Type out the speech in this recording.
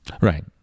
Right